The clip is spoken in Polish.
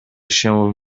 się